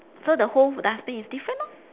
so the whole dustbin is different lor